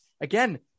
again